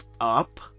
up